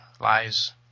lies